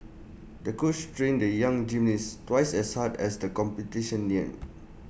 the coach trained the young gymnast twice as hard as the competition neared